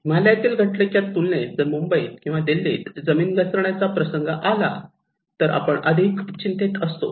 हिमालयातील घटनेच्या तुलनेत जर मुंबईत किंवा दिल्लीत जमीन घसरण्याचा प्रसंग आला तर आपण अधिक चिंतेत असतो